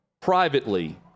privately